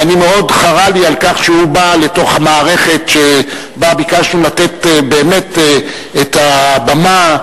ומאוד חרה לי על כך שהוא בא לתוך המערכת שבה ביקשנו לתת באמת את הבמה